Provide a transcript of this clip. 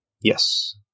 Yes